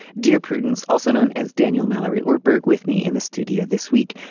dear prudence also known as daniel mallory or berg with me in the studio this week.